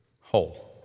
whole